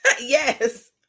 Yes